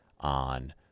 on